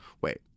Wait